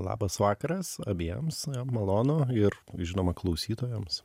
labas vakaras abiems malonu ir žinoma klausytojams